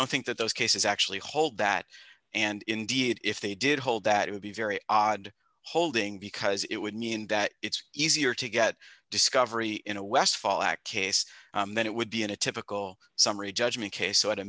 don't think that those cases actually hold that and indeed if they did hold that it would be very odd holding because it would mean that it's easier to get discovery in a westfall act case then it would be in a typical summary judgment case so at a